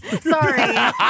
Sorry